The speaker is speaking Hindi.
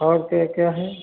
और क्या क्या है